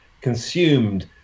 consumed